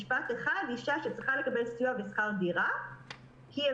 אישה שצריכה לקבל סיוע בשכר דירה הביאה